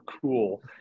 cool